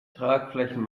tragflächen